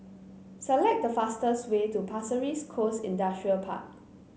select the fastest way to Pasir Ris Coast Industrial Park